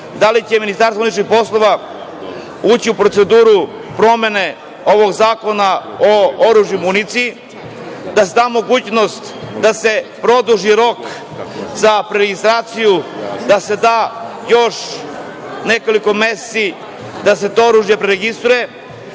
da li će MUP ući u proceduru promene ovog Zakona o oružju i municiji, da se da mogućnost da se produži rok za preregistraciju, da se da još nekoliko meseci, da se to oružje preregistruje